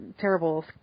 terrible